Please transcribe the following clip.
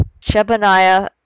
Shebaniah